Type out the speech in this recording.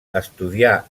estudià